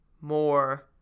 more